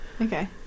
Okay